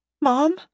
Mom